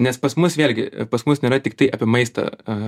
nes pas mus vėlgi pas mus nėra tiktai apie maistą